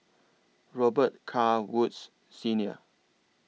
Robet Carr Woods Senior